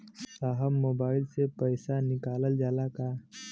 साहब मोबाइल से पैसा निकल जाला का?